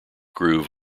groove